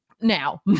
Now